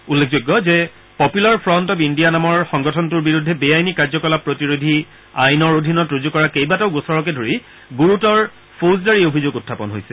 উল্লেখযোগ্য যে popular front of India নামৰ সংগঠনটোৰ বিৰুদ্ধে বেআইনী কাৰ্যকলাপ প্ৰতিৰোধী আইনৰ অধীনত ৰুজু কৰা কেইটাবাও গোচৰকে ধৰি গুৰুতৰ ফৌজদাৰী অভিযোগ উখাপন হৈছে